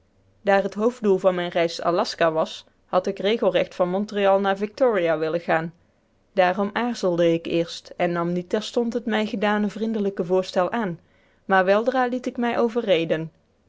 daar het hoofddoel van mijne reis aljaska was had ik regelrecht van montreal naar victoria willen gaan daarom aarzelde ik eerst en nam niet terstond het mij gedane vriendelijke voorstel aan maar weldra liet ik mij overreden